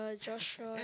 Joshua